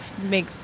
make